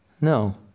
No